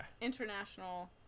international